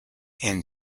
and